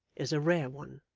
is a rare one.